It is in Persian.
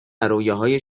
رویاهای